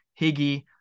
Higgy